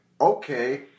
okay